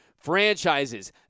franchises